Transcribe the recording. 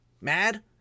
mad